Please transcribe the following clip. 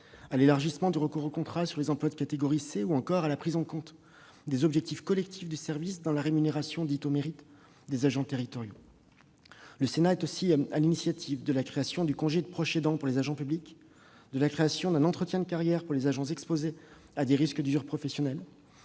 à l'élargissement du recours au contrat sur les emplois de catégorie C, ou encore à la prise en compte des objectifs collectifs du service dans la rémunération dite « au mérite » des agents territoriaux. Le Sénat est aussi à l'initiative de la création du congé de proche aidant pour les agents publics, de la création d'un entretien de carrière pour les agents exposés à des risques d'usure professionnelle,